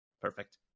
Perfect